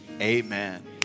amen